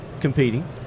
competing